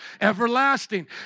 Everlasting